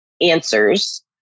answers